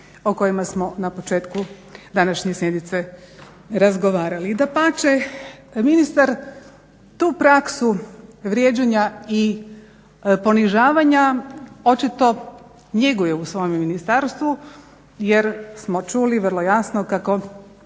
o kojima smo na početku današnje sjednice razgovarali. Dapače, ministar tu praksu vrijeđanja i ponižavanja očito njeguje u svom ministarstvu jer smo čuli vrlo jasno kako